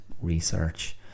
research